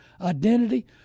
identity